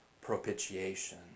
propitiation